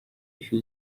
who